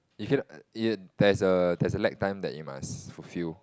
you hear the there's a there's a lag time that you must fulfill